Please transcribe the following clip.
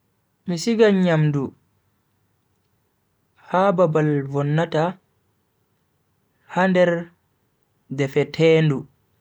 Mi sigan nyamdu ha babal vonnata ha nder defetendu.